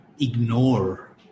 ignore